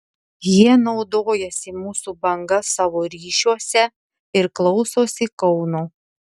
jie naudojasi mūsų banga savo ryšiuose ir klausosi kauno